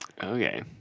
Okay